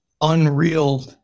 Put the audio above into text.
unreal